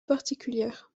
particulière